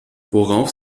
worauf